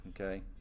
okay